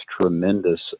tremendous